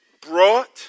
brought